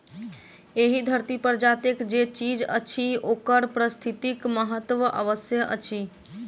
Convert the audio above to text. एहि धरती पर जतेक जे चीज अछि ओकर पारिस्थितिक महत्व अवश्य अछि